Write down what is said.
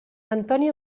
antoni